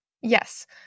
Yes